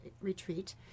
retreat